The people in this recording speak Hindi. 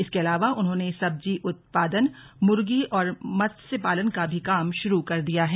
इसके अलावा उन्होंने सब्जी उत्पादन मुर्गी और मत्स्य पालन का भी काम शुरू कर दिया है